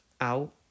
out